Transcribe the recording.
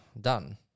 Done